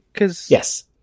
Yes